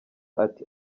ati